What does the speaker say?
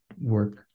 work